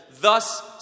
thus